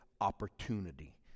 opportunity